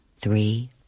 three